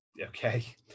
Okay